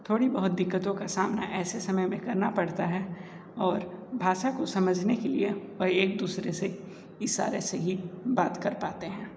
थोड़ी बहुत दिक्कतों का सामना ऐसे समय में करना पड़ता हैं और भाषा को समझने के लिए और एक दूसरे से इशारे से ही बात कर पाते हैं